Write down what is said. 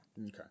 Okay